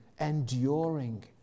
enduring